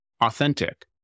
authentic